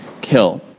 kill